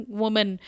woman